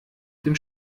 dem